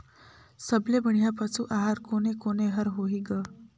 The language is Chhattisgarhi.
सबले बढ़िया पशु आहार कोने कोने हर होही ग?